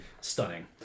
stunning